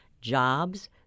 jobs